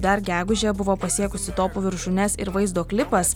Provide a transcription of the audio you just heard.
dar gegužę buvo pasiekusi topų viršūnes ir vaizdo klipas